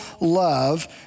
love